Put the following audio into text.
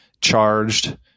charged